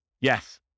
Yes